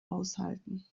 aushalten